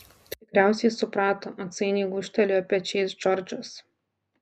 tikriausiai suprato atsainiai gūžtelėjo pečiais džordžas